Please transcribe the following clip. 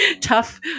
tough